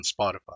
Spotify